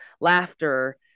laughter